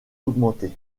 augmenté